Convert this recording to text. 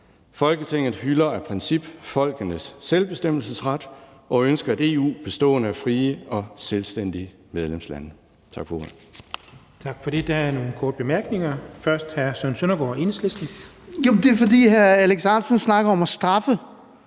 Folketinget hylder af princip folkenes selvbestemmelsesret – og ønsker et EU bestående af frie og selvstændige medlemslande.«